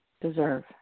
deserve